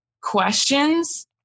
questions